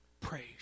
praise